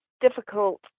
difficult